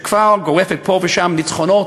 שכבר גורפת פה ושם ניצחונות